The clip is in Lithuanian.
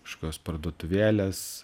kažkokios parduotuvėlės